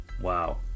Wow